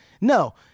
no